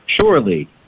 Surely